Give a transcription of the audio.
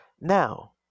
Now